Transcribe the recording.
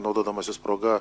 naudodamasis proga